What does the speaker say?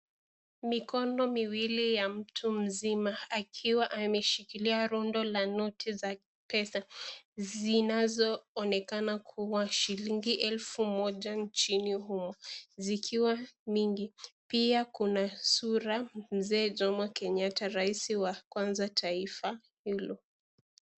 Mikono miwili ya mtu mzima akiwa ameshikilia rundo la noti za pesa zinazoonekana kuwa shilingi elfu moja nchini humu zikiwa mingi. Pia kuna sura ya Mzee Jomo Kenyatta, rais wa kwanza taifa hilo.